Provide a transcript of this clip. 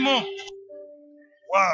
Wow